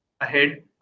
ahead